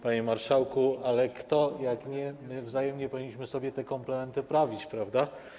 Panie marszałku, kto jak nie my wzajemnie powinniśmy sobie te komplementy prawić, prawda?